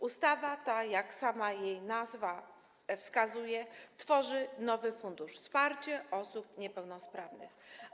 Ustawa ta, jak sama jej nazwa wskazuje, tworzy nowy fundusz w zakresie wsparcia osób niepełnosprawnych.